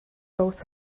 both